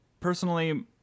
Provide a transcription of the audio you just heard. Personally